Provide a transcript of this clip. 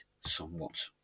somewhat